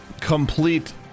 complete